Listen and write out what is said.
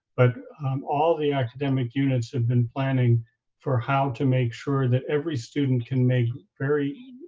but um all the academic units have been planning for how to make sure that every student can make very